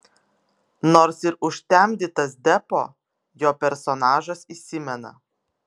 nors ir užtemdytas deppo jo personažas įsimena